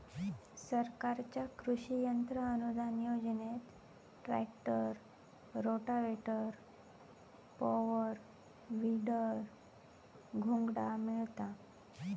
सरकारच्या कृषि यंत्र अनुदान योजनेत ट्रॅक्टर, रोटावेटर, पॉवर, वीडर, घोंगडा मिळता